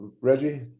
Reggie